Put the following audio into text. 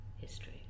history